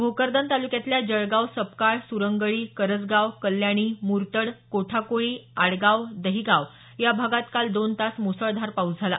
भोकरदन तालुक्यातल्या जळगाव सपकाळ सुरंगळी करजगांव कल्याणी मूर्तड कोठाकोळी आडगाव दहिगाव या भागात काल दोन तास मुसळधार पाऊस झाला